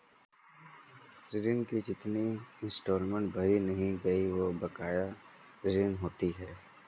ऋण की जितनी इंस्टॉलमेंट भरी नहीं गयी वो बकाया ऋण होती है